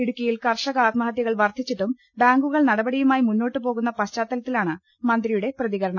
ഇടുക്കിയിൽ കർഷക ആത്മഹത്യകൾ വർധിച്ചിട്ടും ബാങ്കു കൾ നടപടിയുമായി മുന്നോട്ടു്പോകുന്ന പശ്ചാത്തലത്തിലാണ് മന്ത്രിയുടെ പ്രതികരണം